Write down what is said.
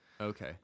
Okay